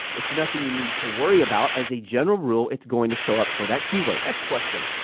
it's nothing you need to worry about as a general rule. it's going to show up for that keyword. next question,